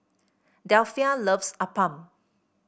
Delphia loves appam